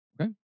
okay